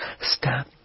Stop